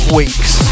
weeks